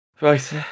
right